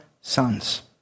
sons